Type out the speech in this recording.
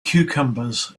cucumbers